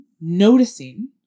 noticing